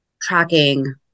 tracking